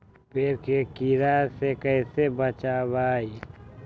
पेड़ के कीड़ा से कैसे बचबई?